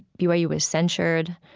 byu was censored.